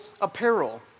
apparel